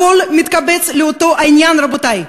הכול מתקבץ לאותו עניין, רבותי.